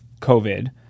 covid